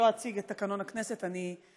חברתי חברת הכנסת רויטל סויד, ברכות.